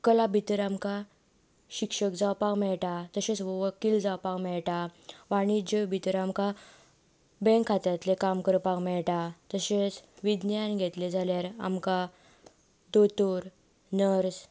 कला भितर आमकां शिक्षक जावपाक मेळटा तशेंच वकील जावपाक मेळटा वाणिज्य भितर आमकां बँक खात्यांतलें काम करपाक मेळटा विज्ञान घेतलें जाल्यार आमकां दोतोर नर्स